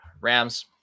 Rams